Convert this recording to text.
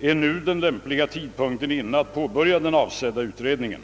är nu den lämpliga tidpunkten inne att påbörja den avsedda utredningen.